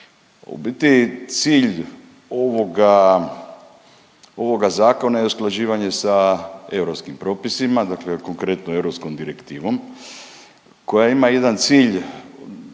U biti, cilj ovoga zakona je usklađivanje sa europskim propisima, dakle konkretno europskom direktivom koja ima jedan cilj